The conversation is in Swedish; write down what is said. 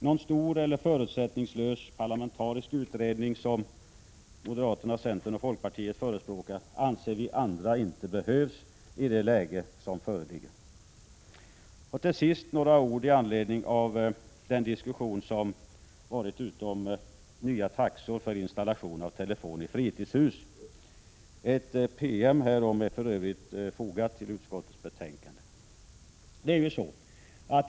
Någon stor eller förutsättningslös parlamentarisk utredning, som moderaterna, centerpartiet och folkpartiet förespråkar, anser vi andra inte behövs i det läge som föreligger. Till sist några ord om den diskussion som varit i anledning av nya taxor för installation av telefon i fritidshus. Ett PM härom är för övrigt fogat till utskottets betänkande.